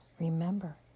remember